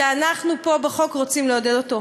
שאנחנו פה בחוק רוצים לעודד אותו.